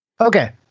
Okay